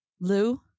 Lou